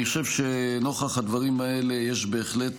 אני חושב שנוכח הדברים האלה יש בהחלט